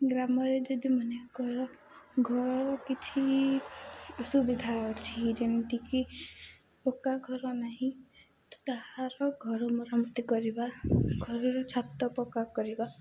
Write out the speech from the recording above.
ଗ୍ରାମରେ ଯଦି ମାନେକର ଘରର କିଛି ଅସୁବିଧା ଅଛି ଯେମିତିକି ପକ୍କା ଘର ନାହିଁ ତ ତାହାର ଘର ମରାମତି କରିବା ଘରର ଛାତ ପକା କରିବା